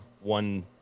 one